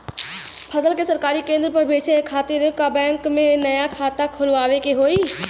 फसल के सरकारी केंद्र पर बेचय खातिर का बैंक में नया खाता खोलवावे के होई?